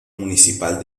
municipal